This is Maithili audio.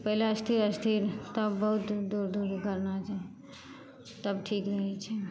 पहिले स्थिर स्थिर तब बहुत दूर दूर करना चाही तब ठीक रहै छै